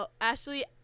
ashley